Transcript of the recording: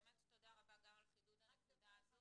תודה רבה עבור חידוד הנקודה.